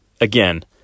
again